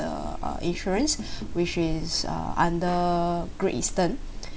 uh insurance which is uh under great eastern